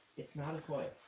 it's not a toy.